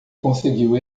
conseguiu